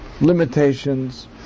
limitations